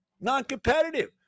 Non-competitive